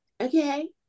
Okay